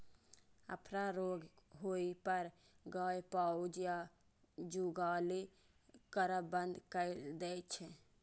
अफरा रोग होइ पर गाय पाउज या जुगाली करब बंद कैर दै छै